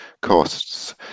costs